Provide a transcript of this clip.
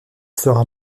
sera